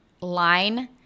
line